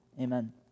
Amen